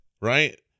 right